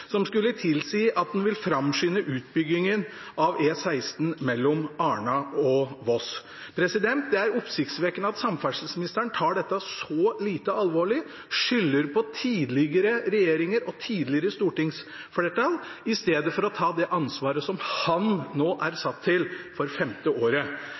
som skulle tilsi at han vil framskynde utbyggingen av E16 mellom Arna og Voss. Det er oppsiktsvekkende at samferdselsministeren tar dette så lite alvorlig og skylder på tidligere regjeringer og tidligere stortingsflertall, i stedet for å ta det ansvaret som han nå er satt til for femte året.